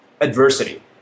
adversity